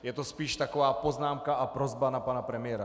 Je to spíš taková poznámka a prosba na pana premiéra.